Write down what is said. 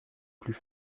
plus